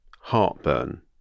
heartburn